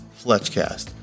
Fletchcast